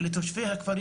לתושבי הכפרים.